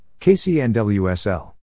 KCNWSL